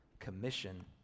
commission